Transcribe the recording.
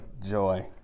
joy